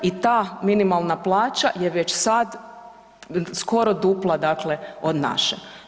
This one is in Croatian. I ta minimalna plaća je već sad skoro dupla dakle od naše.